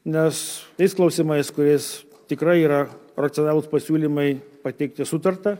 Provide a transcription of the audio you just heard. nes tais klausimais kuriais tikrai yra racionalūs pasiūlymai pateikti sutarta